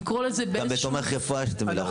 גם בתומך רפואה יש המילה רופא.